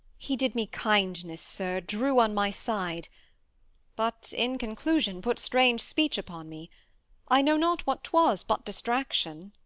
he did me kindness, sir drew on my side but in conclusion put strange speech upon me i know not what t was but distraction.